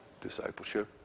discipleship